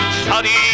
study